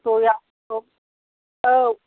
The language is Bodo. औ